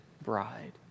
bride